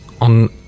on